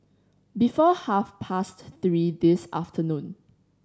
before half past three this afternoon